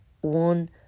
One